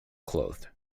clothed